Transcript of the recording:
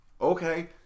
okay